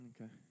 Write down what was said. Okay